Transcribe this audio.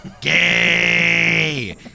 Gay